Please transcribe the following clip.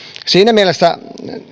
siinä mielessä